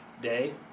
day